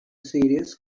serious